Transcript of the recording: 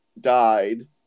died